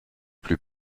plus